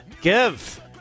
give